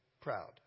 proud